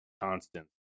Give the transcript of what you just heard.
constants